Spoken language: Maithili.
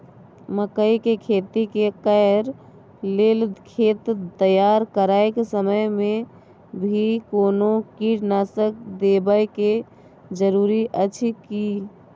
मकई के खेती कैर लेल खेत तैयार करैक समय मे भी कोनो कीटनासक देबै के जरूरी अछि की?